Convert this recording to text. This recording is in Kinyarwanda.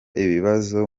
ibibazo